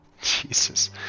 Jesus